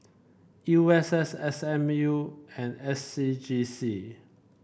U S S S M U and S C G C